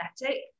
aesthetic